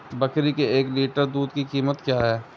बकरी के एक लीटर दूध की कीमत क्या है?